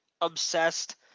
obsessed